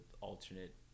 alternate